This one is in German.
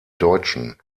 deutschen